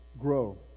grow